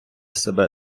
себе